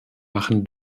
machen